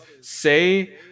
say